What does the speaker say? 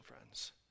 friends